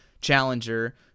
challenger